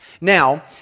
Now